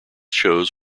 shows